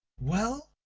well?